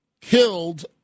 killed